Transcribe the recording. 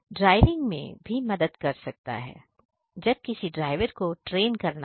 driving में भी मदद कर सकता है जब किसी ड्राइवर को ट्रेन करना हो